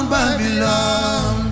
Babylon